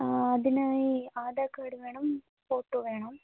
അതിനായി ആധാർ കാർഡ് വേണം ഫോട്ടോ വേണം